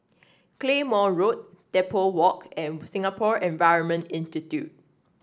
Claymore Road Depot Walk and Singapore Environment Institute